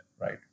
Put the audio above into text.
right